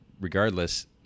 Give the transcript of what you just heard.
regardless